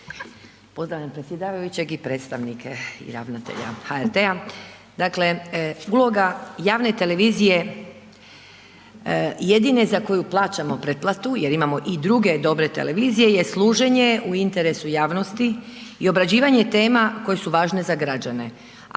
pozdravljam predsjedavajućeg i predstavnike i ravnatelja HRT-a, dakle uloga javne televizije, jedine za koju plaćamo preplatu jer imamo i druge dobre televizije je služenje u interesu javnosti i obrađivanje tema koje su važne za građane.